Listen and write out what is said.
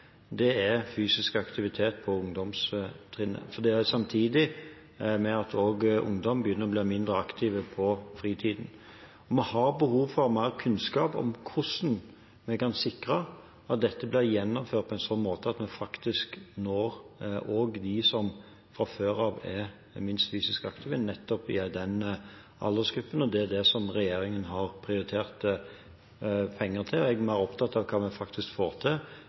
innlegg, er fysisk aktivitet på ungdomstrinnet. Det er samtidig med at ungdom begynner å bli mindre aktive i fritiden. Vi har behov for mer kunnskap om hvordan vi kan sikre at dette blir gjennomført på en slik måte at vi faktisk også når de som fra før av er minst fysisk aktive – nettopp i den aldersgruppen. Det er det regjeringen har prioritert penger til. Jeg er mer opptatt av hva vi faktisk får til,